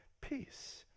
peace